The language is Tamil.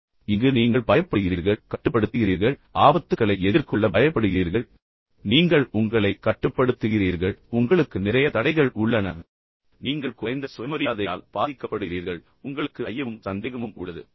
இப்போது இந்த பக்கத்தில்ஃ நீங்கள் பயப்படுகிறீர்கள் எனவே நீங்கள் கட்டுப்படுத்துகிறீர்கள் ஆபத்துக்களை எதிர்கொள்ள பயப்படுகிறீர்கள் நீங்கள் உங்களை கட்டுப்படுத்துகிறீர்கள் உங்களுக்கு நிறைய தடைகள் உள்ளன நீங்கள் குறைந்த சுயமரியாதையால் பாதிக்கப்படுகிறீர்கள் உங்களுக்கு ஐயமும் சந்தேகமும் உள்ளது